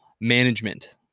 management